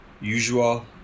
usual